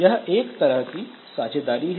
यह एक तरह की साझेदारी है